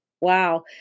Wow